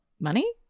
Money